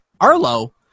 Arlo